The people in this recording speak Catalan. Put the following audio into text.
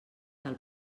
del